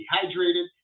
dehydrated